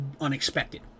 unexpected